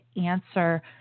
answer